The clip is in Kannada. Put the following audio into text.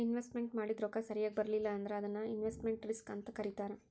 ಇನ್ವೆಸ್ಟ್ಮೆನ್ಟ್ ಮಾಡಿದ್ ರೊಕ್ಕ ಸರಿಯಾಗ್ ಬರ್ಲಿಲ್ಲಾ ಅಂದ್ರ ಅದಕ್ಕ ಇನ್ವೆಸ್ಟ್ಮೆಟ್ ರಿಸ್ಕ್ ಅಂತ್ ಕರೇತಾರ